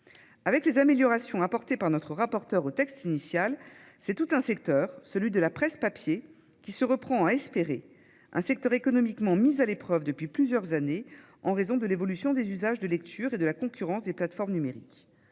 Avec les améliorations apportées par Mme de Cidrac au texte initial, c'est tout le secteur de la presse papier, économiquement mis à l'épreuve depuis plusieurs années en raison de l'évolution des usages de lecture et de la concurrence des plateformes numériques,